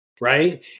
right